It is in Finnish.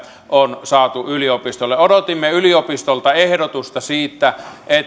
on saatu yliopistolle odotimme yliopistolta ehdotusta siitä että